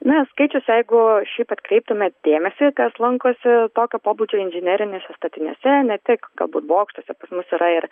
na skaičius jeigu šiaip atkreiptumėt dėmesį kas lankosi tokio pobūdžio inžineriniuose statiniuose ne tik galbūt bokštuose pas mus yra ir